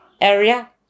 area